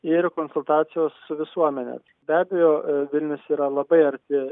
ir konsultacijos su visuomene be abejo vilnius yra labai arti